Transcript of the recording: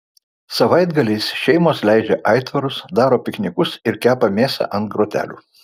savaitgaliais šeimos leidžia aitvarus daro piknikus ir kepa mėsą ant grotelių